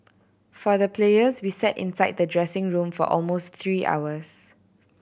for the players we sat inside the dressing room for almost three hours